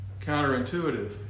counterintuitive